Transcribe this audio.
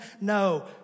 No